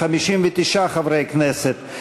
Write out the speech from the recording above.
59 חברי כנסת,